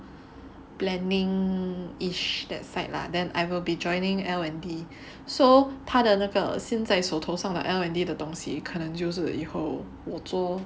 planning-ish that side lah then I will be joining L and D so 他的那个现在手头上的 L and D 的东西可能就是以后我做 lor